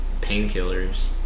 painkillers